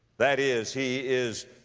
that is, he is,